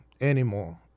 anymore